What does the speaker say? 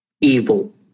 evil